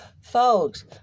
Folks